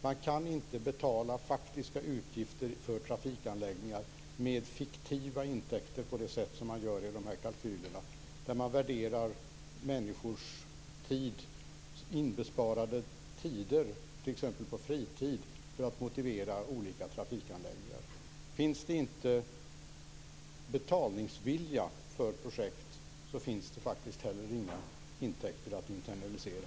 Man kan inte betala faktiska utgifter för trafikanläggningar med fiktiva intäkter på det sätt man gör i de här kalkylerna. Man värderar människors inbesparade tid, t.ex. fritid, för att motivera olika trafikanläggningar. Finns det inte betalningsvilja för projekt, finns det faktiskt heller inga intäkter att internalisera.